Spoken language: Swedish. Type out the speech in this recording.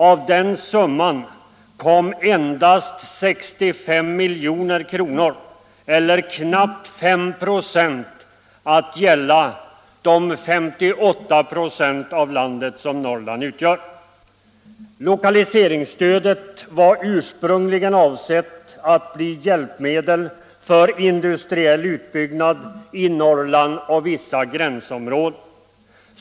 Av den summan kom endast 65 miljoner eller knappt 5 9 att gälla de 58 96 av landet som Norrland utgör. Lokaliseringsstödet var ursprungligen avsett att bli hjälpmedel för industriell utbyggnad i Norrland och vissa gränsområden.